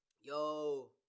yo